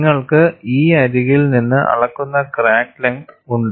നിങ്ങൾക്ക് ഈ അരികിൽ നിന്ന് അളക്കുന്ന ക്രാക്ക് ലെങ്ത് ഉണ്ട്